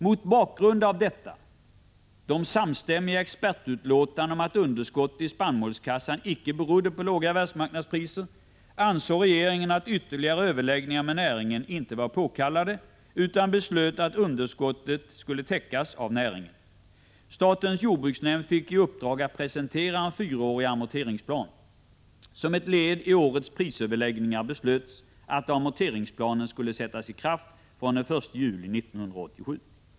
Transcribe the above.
Mot er: må bakgrund av detta — de samstämmiga expertutlåtandena om att underskottet i spannmålskassan icke berodde på låga världsmarknadspriser — ansåg regeringen att ytterligare överläggningar med näringen inte var påkallade utan beslöt att underskottet skulle täckas av näringen. Statens jordbruksnämnd fick i uppdrag att presentera en fyraårig amorteringsplan. Som ett led i årets prisöverläggningar beslöts att amorteringsplanen skulle sättas i kraft från den 1 juli 1987.